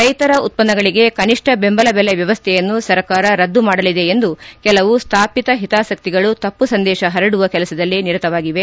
ರೈತರ ಉತ್ಪನ್ನಗಳಿಗೆ ಕನಿಷ್ಠ ಬೆಂಬಲಬೆಲೆ ವ್ಯವಸ್ಥೆಯನ್ನು ಸರ್ಕಾರ ರದ್ದು ಮಾಡಲಿದೆ ಎಂದು ಕೆಲವು ಸ್ಥಾಪಿತ ಪಿತಾಸಕ್ತಿಗಳು ತಮ್ನ ಸಂದೇಶ ಪರಡುವ ಕೆಲಸದಲ್ಲಿ ನಿರತವಾಗಿವೆ